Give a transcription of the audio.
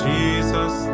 Jesus